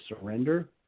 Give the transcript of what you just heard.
surrender